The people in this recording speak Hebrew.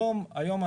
היום,